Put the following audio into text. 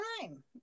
time